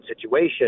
situation